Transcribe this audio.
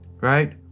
right